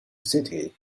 city